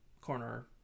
corner